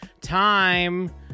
time